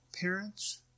parents